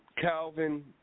Calvin